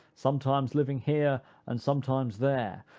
sometimes living here and sometimes there,